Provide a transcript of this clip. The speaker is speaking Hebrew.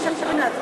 אדוני היושב-ראש,